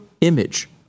image